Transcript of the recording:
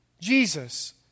Jesus